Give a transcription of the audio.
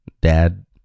dad